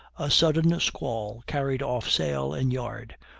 a sudden squall carried off sail and yard,